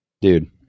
dude